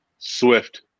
Swift